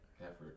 Effort